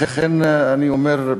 לכן אני אומר,